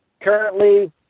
currently